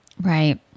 Right